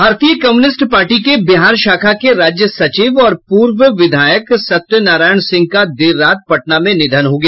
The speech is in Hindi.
भारतीय कम्युनिस्ट पार्टी के बिहार शाखा के राज्य सचिव और पूर्व विधायक सत्यनारायण सिंह का देर रात पटना में निधन हो गया